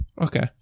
Okay